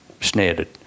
snared